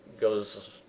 goes